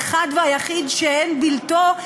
האחד והיחיד שאין בלתו,